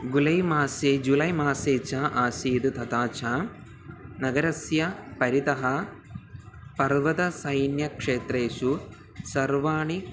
गुलै मासे जुलै मासे च आसीत् तथा च नगरस्य परितः पर्वतसैन्यक्षेत्रेषु सर्वाणि